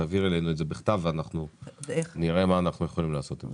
תעבירי אלינו את זה בכתב ונראה מה אנחנו יכולים לעשות עם זה.